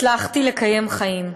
הצלחתי לקיים חיים.